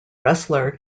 wrestler